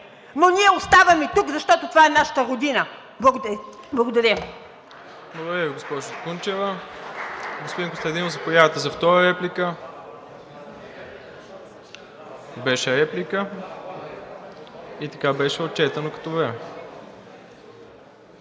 Но ние оставаме тук, защото това е нашата Родина! Благодаря Ви.